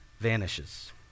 vanishes